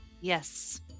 yes